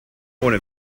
ohne